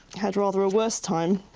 had rather a worse time.